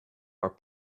are